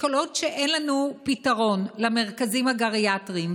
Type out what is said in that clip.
שכל עוד שאין לנו פתרון למרכזים הגריאטריים,